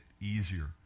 easier